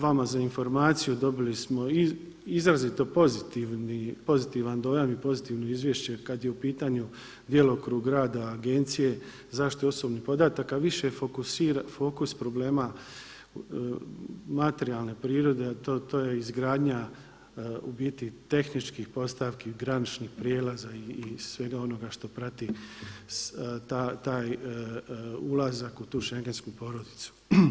Vama za informaciju, dobili smo izrazito pozitivan dojam i pozitivno izvješće kada je u pitanju djelokrug rada Agencije za zaštitu osobnih podataka, više fokus problema materijalne prirode, a to je izgradnja u biti tehničkih postavki, graničnih prijelaza i svega onoga što prati taj ulazak u tu schengensku porodicu.